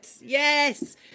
Yes